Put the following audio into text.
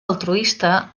altruista